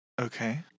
Okay